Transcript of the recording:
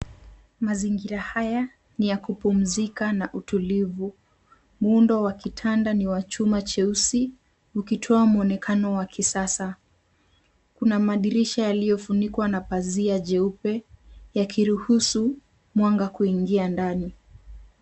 Mazingira haya ni ya kupumzika na utulivu. Muundo wa kitanda ni wa chuma cheusi ukitoa mwonekano wa kisasa. Kuna madirisha yaliyofunikwa na pazia jeupe yakiruhusu mwanga kuingia ndani.